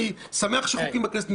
אני שמח שמזדרזים חוקים בכנסת,